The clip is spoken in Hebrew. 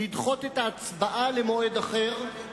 לדחות את ההצבעה למועד אחר?